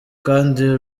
kandi